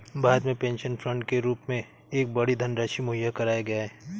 भारत में pension fund के रूप में एक बड़ी धनराशि मुहैया कराया गया है